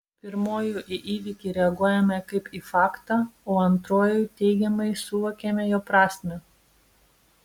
pirmuoju į įvykį reaguojame kaip į faktą o antruoju teigiamai suvokiame jo prasmę